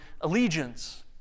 allegiance